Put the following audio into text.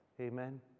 Amen